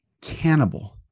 cannibal